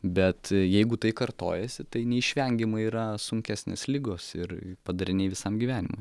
bet jeigu tai kartojasi tai neišvengiamai yra sunkesnės ligos ir padariniai visam gyvenim